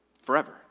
Forever